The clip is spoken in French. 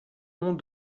mont